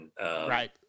Right